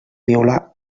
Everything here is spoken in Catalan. violar